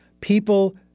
people